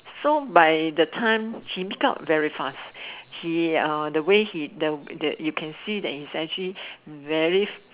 so by the time he makes up very fast he uh the way he the you can see he is actually very